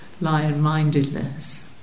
lion-mindedness